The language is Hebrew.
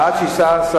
התש"ע 2010, נתקבל.